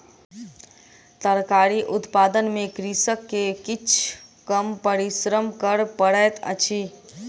तरकारी उत्पादन में कृषक के किछ कम परिश्रम कर पड़ैत अछि